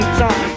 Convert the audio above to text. time